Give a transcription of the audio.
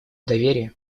доверие